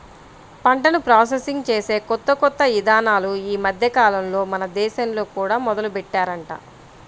పంటను ప్రాసెసింగ్ చేసే కొత్త కొత్త ఇదానాలు ఈ మద్దెకాలంలో మన దేశంలో కూడా మొదలుబెట్టారంట